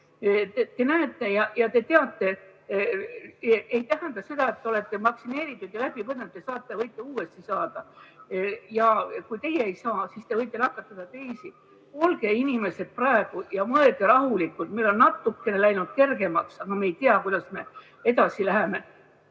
et see ei tähenda, et te olete vaktineeritud või läbi põdenud, te võite selle uuesti saada. Ja kui teie ei saa, siis te võite nakatada teisi. Olge inimesed ja mõelge rahulikult! Meil on natukene läinud kergemaks, aga me ei tea, kuidas me edasi läheme.